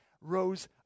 rose